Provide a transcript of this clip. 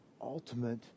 Ultimate